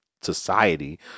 society